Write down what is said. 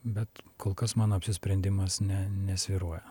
bet kol kas mano apsisprendimas ne nesvyruoja